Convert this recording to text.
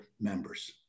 members